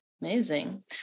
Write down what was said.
Amazing